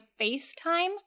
FaceTime